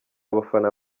abafana